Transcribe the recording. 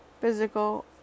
Physical